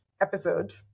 episode